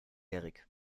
erik